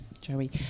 Joey